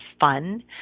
fun